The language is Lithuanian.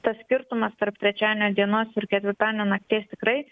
tas skirtumas tarp trečiadienio dienos ir ketvirtadienio nakties tikrai